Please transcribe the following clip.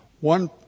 One